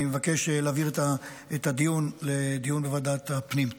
אני מבקש להעביר את הדיון לוועדת הפנים.